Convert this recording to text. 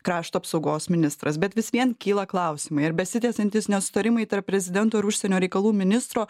krašto apsaugos ministras bet vis vien kyla klausimai ar besitęsiantys nesutarimai tarp prezidento ir užsienio reikalų ministro